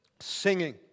singing